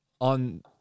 on